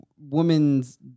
women's